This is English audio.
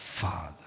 father